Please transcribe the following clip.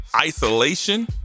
isolation